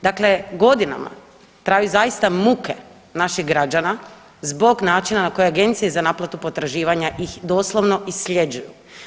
Dakle, godinama traju zaista muke naših građana zbog načina na koji Agencije za naplatu potraživanja ih doslovno isljeđuju.